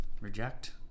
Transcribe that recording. reject